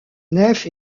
nef